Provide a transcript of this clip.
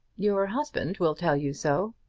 your husband will tell you so.